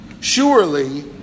Surely